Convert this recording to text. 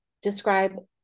describe